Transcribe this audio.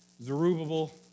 Zerubbabel